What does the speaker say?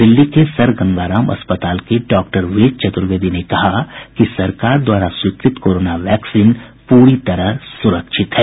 दिल्ली के सर गंगाराम अस्पताल के डॉक्टर वेद चतुर्वेदी ने कहा कि सरकार द्वारा स्वीकृत कोरोना वैक्सीन पूरी तरह से सुरक्षित है